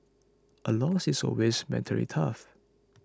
a loss is always mentally tough